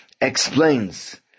explains